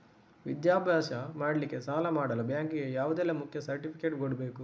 ವಿದ್ಯಾಭ್ಯಾಸ ಮಾಡ್ಲಿಕ್ಕೆ ಸಾಲ ಮಾಡಲು ಬ್ಯಾಂಕ್ ಗೆ ಯಾವುದೆಲ್ಲ ಮುಖ್ಯ ಸರ್ಟಿಫಿಕೇಟ್ ಕೊಡ್ಬೇಕು?